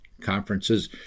conferences